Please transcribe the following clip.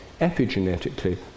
epigenetically